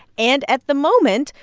and at the moment,